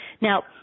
Now